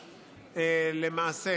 למעשה,